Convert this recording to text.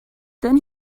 then